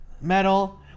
metal